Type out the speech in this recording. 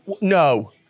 No